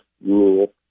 rule